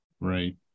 Right